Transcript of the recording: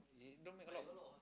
they don't make a lot of